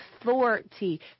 authority